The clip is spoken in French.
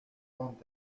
grandes